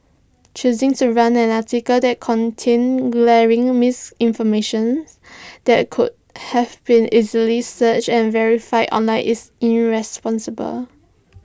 choosing to run an article that contained glaring misinformation that could have been easily searched and verified online is irresponsible